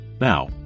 Now